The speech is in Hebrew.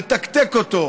לתקתק אותו,